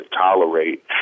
tolerate